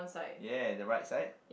ya the right side